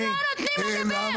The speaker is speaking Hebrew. אתם לא נותנים לה לדבר,